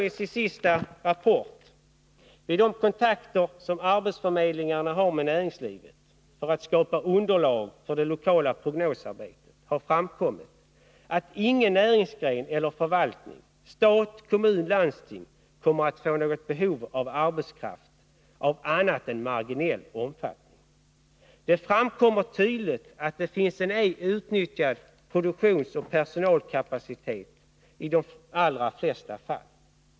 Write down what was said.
I sin senaste rapport säger man: ”Vid de kontakter som arbetsförmedlingarna har med näringslivet” — för att skapa underlag för det lokala prognosarbetet— ”——-— har framkommit, att ingen näringsgren eller förvaltning, stat, kommun, landsting kommer att få något behov av arbetskraft av annat än marginell omfattning. Det framkommer tydligt att det finnes ej utnyttjad produktionsoch personalkapacitet i de allra flesta fall.